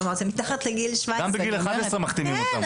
זאת אומרת זה מתחת לגיל 17. גם בגיל 11 מחתימים אותם.